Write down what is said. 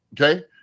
Okay